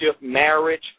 marriage